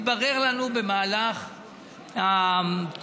התברר לנו, במהלך התקופה,